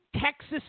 Texas